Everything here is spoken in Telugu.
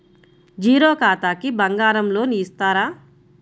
జీరో ఖాతాకి బంగారం లోన్ ఇస్తారా?